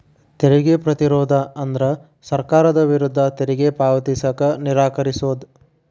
ತೆರಿಗೆ ಪ್ರತಿರೋಧ ಅಂದ್ರ ಸರ್ಕಾರದ ವಿರುದ್ಧ ತೆರಿಗೆ ಪಾವತಿಸಕ ನಿರಾಕರಿಸೊದ್